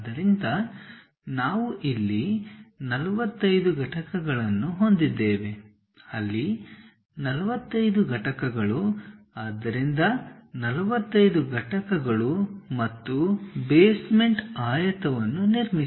ಆದ್ದರಿಂದ ನಾವು ಇಲ್ಲಿ 45 ಘಟಕಗಳನ್ನು ಹೊಂದಿದ್ದೇವೆ ಅಲ್ಲಿ 45 ಘಟಕಗಳು ಆದ್ದರಿಂದ 45 ಘಟಕಗಳು ಮತ್ತು ಬೇಸ್ಮೆಂಟ್ ಆಯತವನ್ನು ನಿರ್ಮಿಸಿ